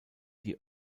die